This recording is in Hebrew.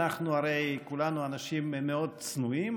אנחנו הרי כולנו אנשים מאוד צנועים,